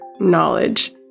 knowledge